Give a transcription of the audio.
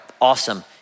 Awesome